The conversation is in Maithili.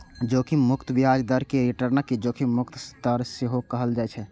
जोखिम मुक्त ब्याज दर कें रिटर्नक जोखिम मुक्त दर सेहो कहल जाइ छै